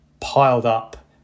piled-up